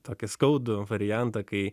tokį skaudų variantą kai